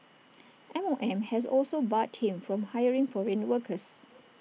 M O M has also barred him from hiring foreign workers